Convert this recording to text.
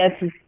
Yes